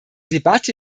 debatte